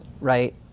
right